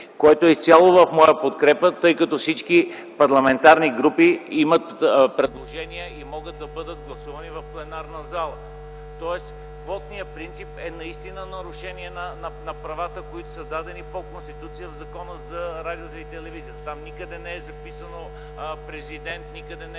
което е изцяло в моя подкрепа, тъй като всички парламентарни групи имат предложения и могат да бъдат гласувани в пленарна зала. Тоест квотният принцип е наистина нарушение на правата, които са дадени по Конституция за Закона за радио и телевизия. Там никъде не е записано „президент”, никъде не